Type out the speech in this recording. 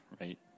right